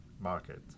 market